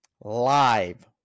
live